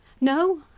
No